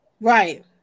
Right